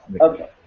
Okay